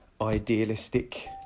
idealistic